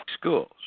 schools